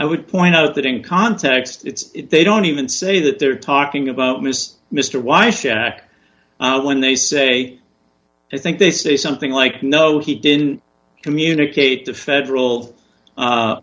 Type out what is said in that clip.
i would point out that in context they don't even say that they're talking about mis mr y shaq when they say i think they say something like no he didn't communicate the federal